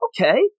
Okay